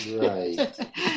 Right